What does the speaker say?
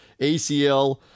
ACL